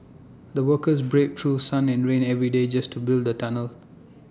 the workers braved through sun and rain every day just to build the tunnel